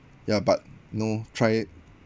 ya but know try